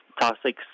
Toxic